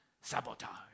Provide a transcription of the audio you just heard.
sabotage